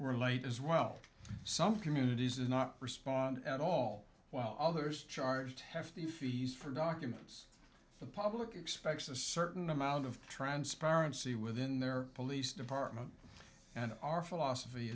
were late as well some communities not respond at all while others charge hefty fees for documents for public expects a certain amount of transparency within their police department and our philosophy